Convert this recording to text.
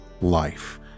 life